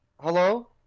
Hello